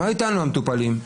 מה איתנו, המטופלים?